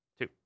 Two